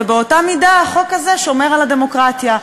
ובאותה מידה החוק הזה שומר על הדמוקרטיה.